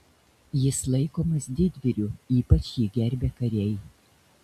jis laikomas didvyriu ypač jį gerbia kariai